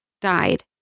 died